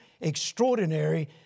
extraordinary